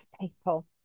people